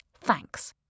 thanks